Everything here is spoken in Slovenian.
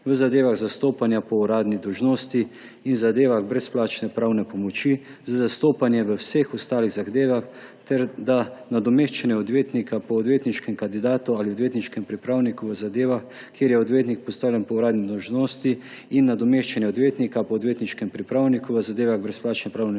v zadevah zastopanja po uradni dolžnosti in zadevah brezplačne pravne pomoči z zastopanjem v vseh ostalih zadevah ter da nadomeščanje odvetnika po odvetniškem kandidatu ali odvetniškem pripravniku v zadevah, kjer je odvetnik postavljen po uradni dolžnosti, in nadomeščanje odvetnika po odvetniškem pripravniku v zadevah brezplačne pravne